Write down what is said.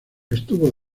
estuvo